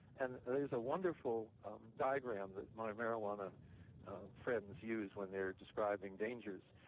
and there's a wonderful diagram that my marijuana friends use when they're describing dangers,